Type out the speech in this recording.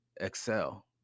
excel